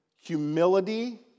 humility